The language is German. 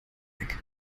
weg